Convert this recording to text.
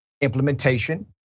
implementation